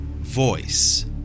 voice